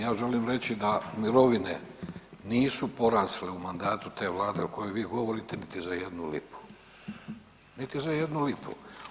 Ja želim reći da mirovine nisu porasle u mandatu te vlade o kojoj vi govorite niti za jednu lipu, niti za jednu lipu.